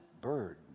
bird